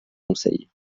conseil